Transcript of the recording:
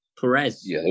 Perez